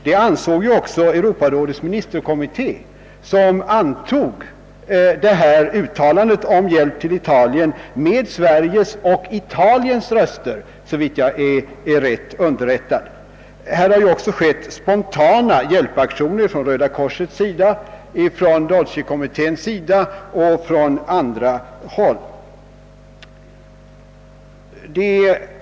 Det ansåg också Europarådets ministerkommitté som antog uttalandet om hjälp till Italien — med Sveriges och Italiens röster, om jag är riktigt underrättad. Vidare har det förekommit spontana hjälpaktioner av Röda korset och Dolci-kommittén samt från andra håll.